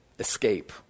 escape